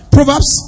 Proverbs